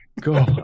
Go